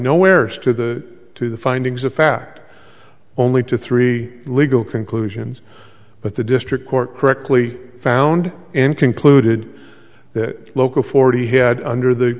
nowheres to the to the findings of fact only to three legal conclusions that the district court correctly found and concluded that local forty had under the